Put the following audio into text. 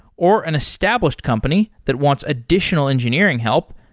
or an established company that wants additional engineering help,